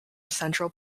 central